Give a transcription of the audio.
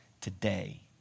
today